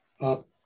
up